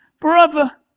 brother